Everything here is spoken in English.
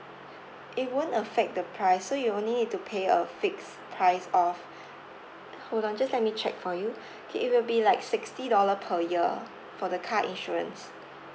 it won't affect the price so you will only need to pay a fixed price of hold on just let me check for you okay it will be like sixty dollar per year for the car insurance